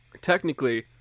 technically